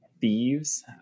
thieves